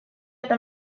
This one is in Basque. eta